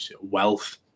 wealth